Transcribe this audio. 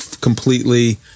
completely